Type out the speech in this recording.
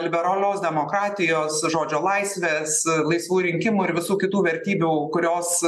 liberalios demokratijos žodžio laisvės laisvų rinkimų ir visų kitų vertybių kurios